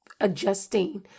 adjusting